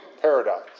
Paradox